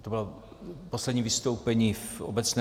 To bylo poslední vystoupení v obecné...